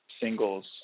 singles